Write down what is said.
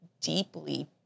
deeply